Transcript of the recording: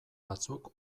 batzuk